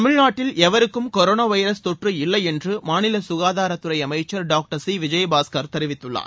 தமிழ்நாட்டில் எவருக்கும் corona virus தொற்று இல்லை என்று மாநில ககாதாரத்துறை அமைச்சர் திரு சி விஜயபாஸ்கர் தெரிவித்துள்ளார்